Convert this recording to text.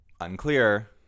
Unclear